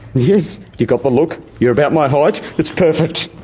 yes, you've got the look, you're about my height, it's perfect.